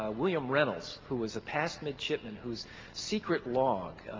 ah william reynolds, who was a past midshipman whose secret log,